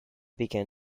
began